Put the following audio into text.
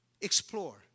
explore